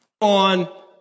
On